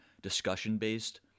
discussion-based